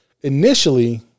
Initially